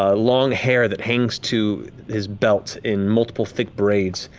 ah long hair that hangs to his belt, in multiple thick braids,